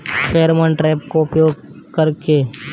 Pheromone trap का उपयोग कर के?